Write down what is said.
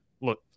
look